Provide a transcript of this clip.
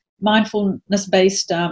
mindfulness-based